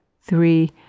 three